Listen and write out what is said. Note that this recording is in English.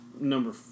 number